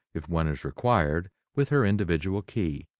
if one is required, with her individual key.